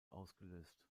ausgelöst